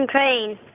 Crane